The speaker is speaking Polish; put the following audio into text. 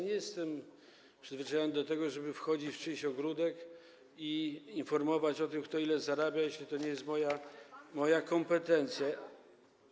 Nie jestem przyzwyczajony do tego, żeby wchodzić w czyjś ogródek i informować o tym, kto ile zarabia, jeśli to nie jest moja kompetencja.